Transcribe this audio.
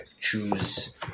choose